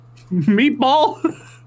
meatball